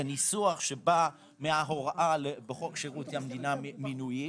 זהו ניסוח שבא מההוראה בחוק שירותי המדינה (מינויים),